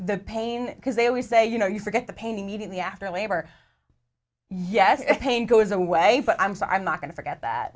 the pain because they always say you know you forget the pain immediately after labor yes pain goes away but i'm so i'm not going to forget that